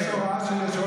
להוציא אותה.